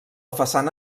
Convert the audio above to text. façana